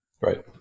Right